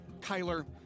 Kyler